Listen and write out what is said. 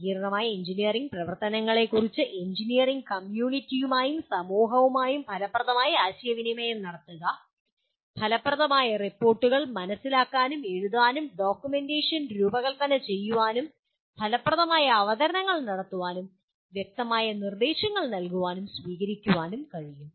സങ്കീർണ്ണമായ എഞ്ചിനീയറിംഗ് പ്രവർത്തനങ്ങളെക്കുറിച്ച് എഞ്ചിനീയറിംഗ് കമ്മ്യൂണിറ്റിയുമായും സമൂഹവുമായും ഫലപ്രദമായി ആശയവിനിമയം നടത്തുക ഫലപ്രദമായ റിപ്പോർട്ടുകൾ മനസിലാക്കാനും എഴുതാനും ഡോക്യുമെന്റേഷൻ രൂപകൽപ്പന ചെയ്യാനും ഫലപ്രദമായ അവതരണങ്ങൾ നടത്താനും വ്യക്തമായ നിർദ്ദേശങ്ങൾ നൽകാനും സ്വീകരിക്കാനും കഴിയും